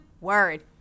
word